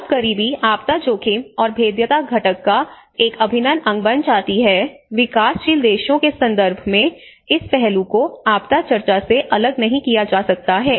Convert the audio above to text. जब गरीबी आपदा जोखिम और भेद्यता घटक का एक अभिन्न अंग बन जाती है विकासशील देशों के संदर्भ में इस पहलू को आपदा चर्चा से अलग नहीं किया जा सकता है